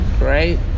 right